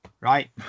right